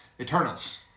Eternals